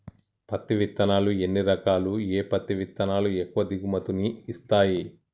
పత్తి విత్తనాలు ఎన్ని రకాలు, ఏ పత్తి విత్తనాలు ఎక్కువ దిగుమతి ని ఇస్తాయి?